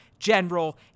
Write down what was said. General